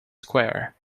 square